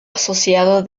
asociado